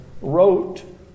wrote